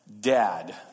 dad